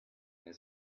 his